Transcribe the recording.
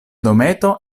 dometo